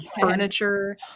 furniture